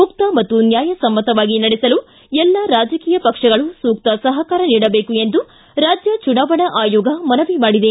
ಮುಕ್ತ ಮತ್ತು ನ್ಯಾಯಸಮ್ಮತವಾಗಿ ನಡೆಸಲು ಎಲ್ಲ ರಾಜಕೀಯ ಪಕ್ಷಗಳು ಸೂಕ್ತ ಸಹಕಾರ ನೀಡಬೇಕು ಎಂದು ರಾಜ್ಯ ಚುನಾವಣಾ ಆಯೋಗ ಮನವಿ ಮಾಡಿದೆ